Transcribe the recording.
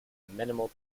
minimal